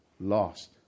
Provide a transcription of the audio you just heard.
lost